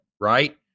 right